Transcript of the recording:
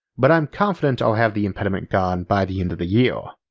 but i'm confident i'll have the impediment gone by the end of the year.